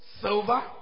silver